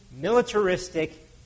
militaristic